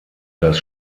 das